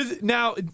Now